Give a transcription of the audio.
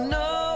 no